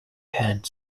had